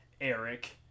Eric